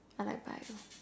I like Bio